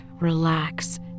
relax